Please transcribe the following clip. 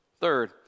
Third